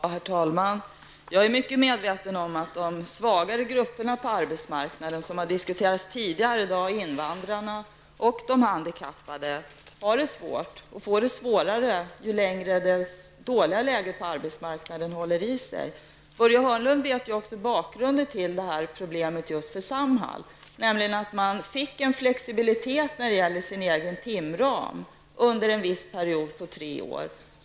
Herr talman! Jag är mycket medveten om att de svagare grupperna på arbetsmarknaden, som diskuterats tidigare här, invandrarna och de handikappade, har det svårt och får det svårare ju längre det dåliga läget på arbetsmarknaden håller i sig. Börje Hörnlund vet också bakgrunden till problemet just för Samhall. Man fick en flexibilitet när det gäller den egna timramen under en viss period på tre år.